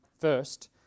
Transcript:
First